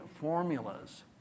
formulas